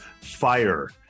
fire